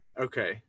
Okay